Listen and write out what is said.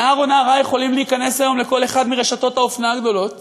נער או נערה יכולים להיכנס היום לכל אחת מרשתות האופנה הגדולות